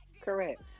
Correct